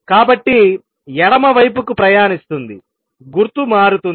కాబట్టిఎడమ వైపుకు ప్రయాణిస్తుందిగుర్తు మారుతుంది